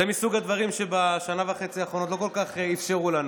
זה מסוג הדברים שבשנה וחצי האחרונות לא כל כך אפשרו לנו.